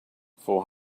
four